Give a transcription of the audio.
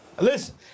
Listen